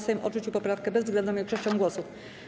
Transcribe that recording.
Sejm odrzucił poprawkę bezwzględną większością głosów.